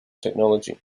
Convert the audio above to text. technology